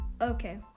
Okay